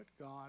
God